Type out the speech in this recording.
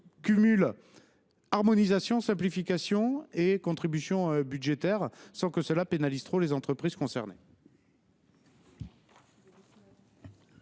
cumule harmonisation, simplification et contribution budgétaire sans trop pénaliser les entreprises concernées.